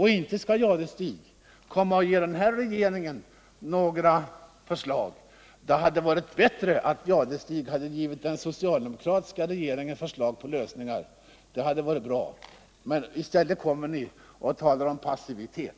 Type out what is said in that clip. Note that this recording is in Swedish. Thure Jadestig skall inte komma och ge denna regering några förslag; det hade varit bättre om han hade givit den socialdemokratiska regeringen förslag till lösningar i stället för att nu tala om passivitet.